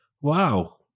Wow